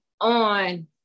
on